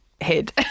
head